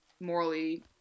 morally